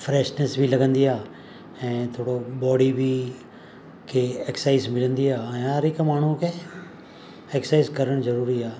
freshness बि लॻंदी आहे ऐं थोरो बॉडी बि खे एक्सरसाइज़ मिलंदी आहे ऐं हर हिकु माण्हू खे एक्सरसाइज़ करणु ज़रूरी आहे